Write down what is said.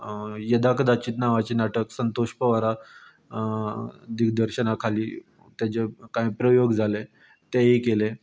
यदा कदाचित नांवाचें नाटक संतोश पवारा दिग्दर्शना खाली तेज्या कांय प्रयोग जाले तेयी केले